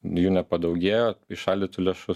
jų nepadaugėjo įšaldytų lėšų